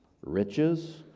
Riches